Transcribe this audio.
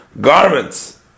garments